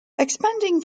expanding